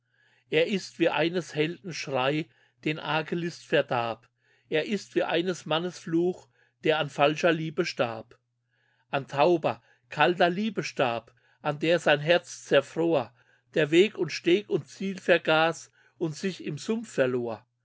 er ist wie eines helden schrei den arge list verdarb er ist wie eines mannes fluch der an falscher liebe starb an tauber kalter liebe starb an der sein herz zerfror der weg und steg und ziel vergaß und sich im sumpf verlor